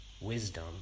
wisdom